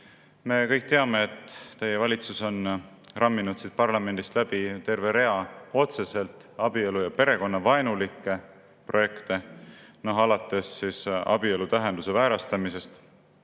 Me kõik teame, et teie valitsus on ramminud siit parlamendist läbi terve rea otseselt abielu‑ ja perekonnavaenulikke projekte, alates abielu tähenduse väärastamisest,